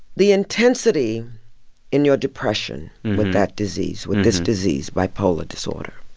the intensity in your depression with that disease with this disease, bipolar disorder,